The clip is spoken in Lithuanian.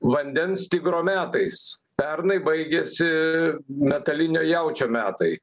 vandens tigro metais pernai baigėsi metalinio jaučio metai